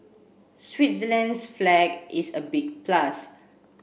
Switzerland's flag is a big plus